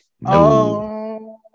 No